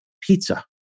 pizza